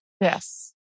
Yes